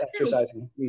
exercising